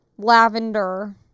lavender